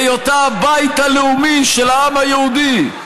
היותה הבית הלאומי של העם היהודי,